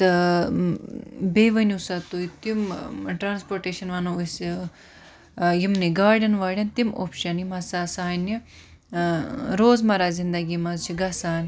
تہٕ بیٚیہِ ؤنِو سہَ تُہۍ تِم ٹرانسپوٹیشَن وَنو أسۍ یِمنے گاڈیٚن واڈیٚن تِم آفشَن یِم ہَسا سانہِ روز مَرہ زِندگی مَنٛز چھِ گَژھان